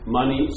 money